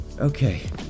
Okay